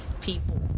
people